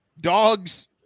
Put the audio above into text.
Dogs